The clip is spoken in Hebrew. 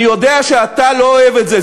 אני יודע שאתה לא אוהב את זה,